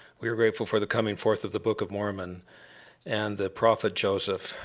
we are grateful for the coming forth of the book of mormon and the prophet joseph,